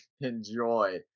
enjoy